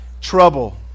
Trouble